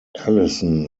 ellison